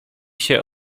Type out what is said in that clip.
się